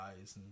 eyes